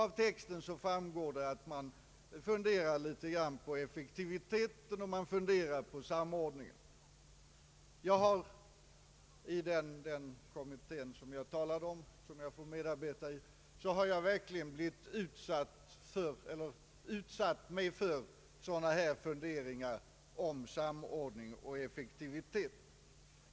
Av texten framgår att man funderat framför allt på effektiviteten och samordningen. I den kommitté som jag har talat om och som jag får medarbeta i har jag för egen del också hamnat i sådana här funderingar om samordning och effektivitet.